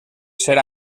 ser